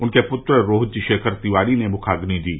उनके पूत्र रोहित शेखर तिवारी ने मुखाम्नि दी